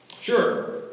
Sure